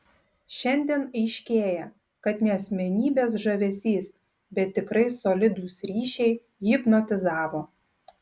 šiandien aiškėja kad ne asmenybės žavesys bet tikrai solidūs ryšiai hipnotizavo